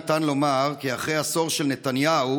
ניתן לומר כי אחרי העשור של נתניהו,